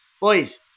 boys